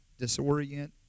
disorient